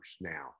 now